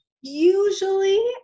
usually